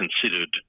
considered